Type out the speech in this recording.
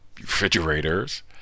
refrigerators